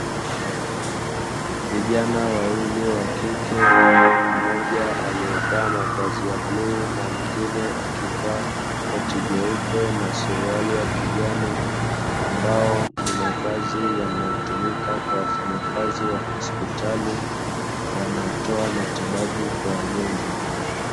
Vijana wawili wa kike mmoja aliyevaa mavazi ya bluu na mwingine akivaa koti na jeupe na suruali ya kijani ambao ni mavazi yanayotumika kwa wafanyakazi wa hospitali wanaotoa matibabu kwa wagonjwa.